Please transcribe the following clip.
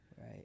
Right